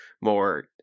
more